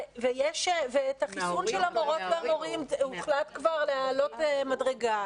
ואת החיסון של המורות והמורים הוחלט כבר להעלות מדרגה.